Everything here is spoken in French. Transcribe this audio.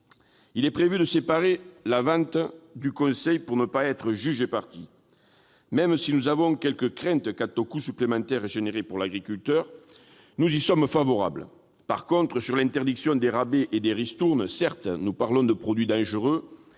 Il est prévu de séparer la vente du conseil pour ne pas être juge et partie. Même si nous avons quelques craintes quant aux coûts supplémentaires engendrés pour l'agriculteur, nous y sommes favorables. En revanche, sur l'interdiction des rabais et des ristournes, certes nous parlons de produits dangereux,